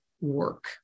work